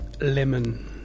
Lemon